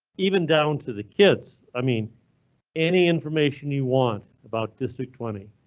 even down to the kid. i mean any information you want about district twenty.